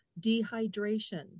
dehydration